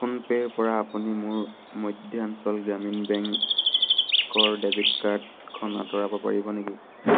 ফোনপে'ৰপৰা আপুনি মোৰ মধ্যাঞ্চল গ্ৰামীণ বেংকৰ ডেবিট কাৰ্ডখন আঁতৰাব পাৰিব নেকি